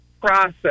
process